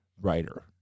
writer